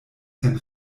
sen